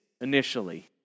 initially